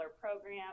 program